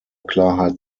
klarheit